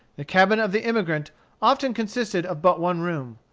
the cabin of the emigrant often consisted of but one room,